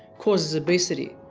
causes obesity.